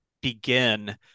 begin